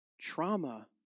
Trauma